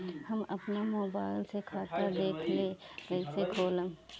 हम आपन मोबाइल से खाता के देखेला कइसे खोलम?